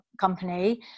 company